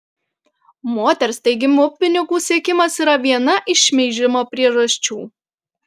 moters teigimu pinigų siekimas yra viena iš šmeižimo priežasčių